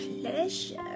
pleasure